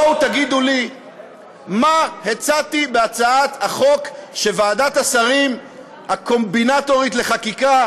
בואו תגידו לי מה הצעתי בהצעת החוק שוועדת השרים הקומבינטורית לחקיקה